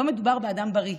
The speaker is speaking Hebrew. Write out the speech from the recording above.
לא מדובר באדם בריא,